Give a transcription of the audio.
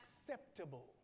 acceptable